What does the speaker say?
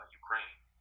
ukraine